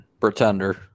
Pretender